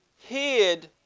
hid